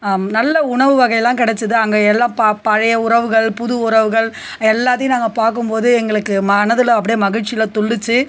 நல்ல உணவு வகையெல்லாம் கிடச்சது அங்கே எல்லாம் ப பழைய உறவுகள் புது உறவுகள் எல்லாத்தையும் நாங்கள் பார்க்கும்போது எங்களுக்கு மனதில் அப்படியே மகிழ்ச்சியில் துள்ளுச்சு